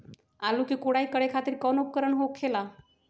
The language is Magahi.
आलू के कोराई करे खातिर कोई उपकरण हो खेला का?